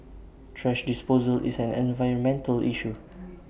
thrash disposal is an environmental issue